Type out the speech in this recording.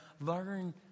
learn